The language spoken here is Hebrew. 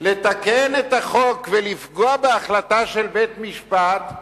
לתקן את החוק ולפגוע בהחלטה של בית-משפט,